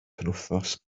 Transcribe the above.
penwythnos